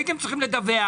הייתם צריכים לדווח,